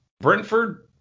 Brentford